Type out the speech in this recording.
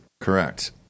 Correct